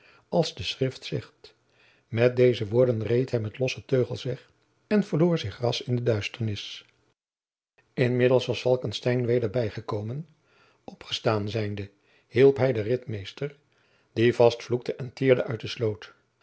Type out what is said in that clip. als de schrift zegt met deze woorden reed hij met losse teugels weg en verloor zich ras in de duisternis inmiddels was falckestein weder bijgekomen opgestaan zijnde hielp hij den ritmeester die vast vloekte en tierde uit de sloot